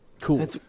Cool